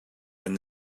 and